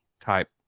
type